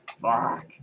Fuck